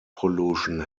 pollution